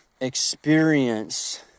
experience